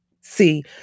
See